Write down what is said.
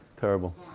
Terrible